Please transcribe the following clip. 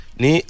ni